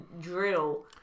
drill